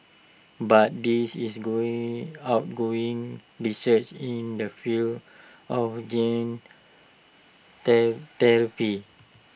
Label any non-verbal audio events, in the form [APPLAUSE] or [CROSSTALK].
but this is going ongoing research in the field of gene [UNINTELLIGIBLE] therapy